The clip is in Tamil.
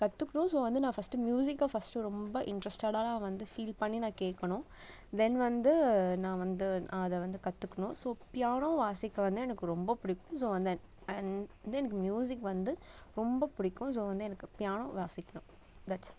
கற்றுக்கணும் ஸோ வந்து நான் ஃபஸ்ட்டு ம்யூசிக்கை ஃபஸ்ட்டு ரொம்ப இன்ட்ரஸ்டடாக வந்து ஃபீல் பண்ணி நான் கேட்கணும் தென் வந்து நான் வந்து அதை வந்து கற்றுக்கணும் ஸோ பியானோ வாசிக்க வந்து எனக்கு ரொம்ப பிடிக்கும் ஸோ தென் அண்ட் வந்து எனக்கு ம்யூசிக் வந்து ரொம்ப பிடிக்கும் ஸோ வந்து எனக்கு பியானோ வாசிக்கணும் தட்ஸ் ஆல்